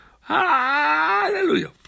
hallelujah